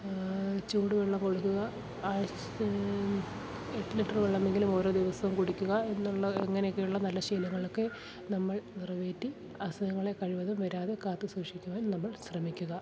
ചൂട് വെള്ളം കൊള്ളിക്കുക ആഴ്ച എട്ട് ലിറ്റർ വെള്ളമെങ്കിലും ഓരോ ദിവസവും കുടിക്കുക എന്നുള്ള അങ്ങനെയൊക്കെയുള്ള നല്ല ശീലങ്ങളൊക്കെ നമ്മൾ നിറവേറ്റി അസുഖങ്ങളെ കഴിവതും വരാതെ കാത്തുസൂക്ഷിക്കുവാൻ നമ്മൾ ശ്രമിക്കുക